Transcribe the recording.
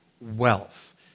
wealth